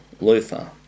Luther